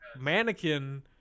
Mannequin